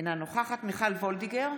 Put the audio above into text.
אינה נוכחת מיכל וולדיגר,